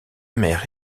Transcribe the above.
mère